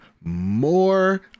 more